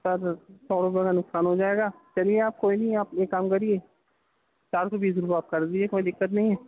سر سو روپیے میں نقصان ہو جائے گا چلیے آپ کوئی نہیں آپ ایک کام کریے چار سو بیس روپیے آپ کر دیجیے کوئی دقت نہیں ہے